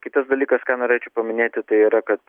kitas dalykas ką norėčiau paminėti tai yra kad